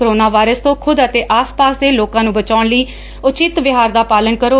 corona virus ਤੋ' ਖੁਦ ਅਤੇ ਆਸ ਪਾਸ ਦੇ ਲੋਕਾ ਨੂੰ ਬਚਾਉਣ ਲਈ ਉਚਿਤ ਵਿਹਾਰ ਦਾ ਪਾਲਣ ਕਰੋ